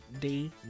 Day